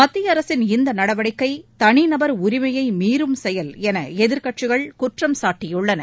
மத்திய அரசின் இந்த நடவடிக்கை தனி நபர் உரிமையை மீறும் செயல் என எதிர்க்கட்சிகள் குற்றம் சாட்டியுள்ளன